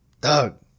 doug